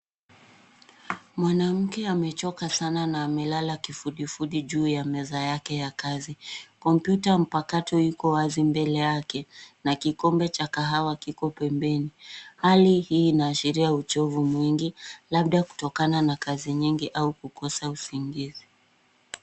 Mwanamke amechoka sana na amelala kifudifudi juu ya meza yake ya kazi. Kompyuta mpakato iko wazi mbele yake na kikombe cha kahawa kiko pembeni. Hali hii inaashiria uchovu mwingi, labda kutokana na kazi nyingi au kukosa usingizi.